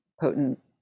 potent